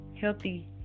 healthy